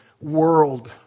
world